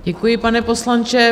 Děkuji, pane poslanče.